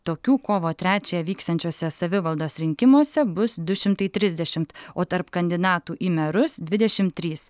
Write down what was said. tokių kovo trečiąją vyksiančiuose savivaldos rinkimuose bus du šimtai trisdešimt o tarp kandidatų į merus dvidešimt trys